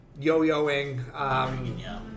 yo-yoing